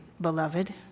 beloved